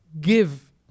give